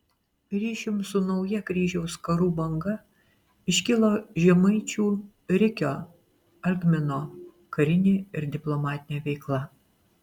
ryšium su nauja kryžiaus karų banga iškilo žemaičių rikio algmino karinė ir diplomatinė veikla